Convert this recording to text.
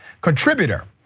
contributor